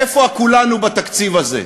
איפה ה"כולנו" בתקציב הזה.